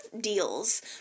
deals